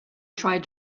tried